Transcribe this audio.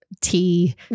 tea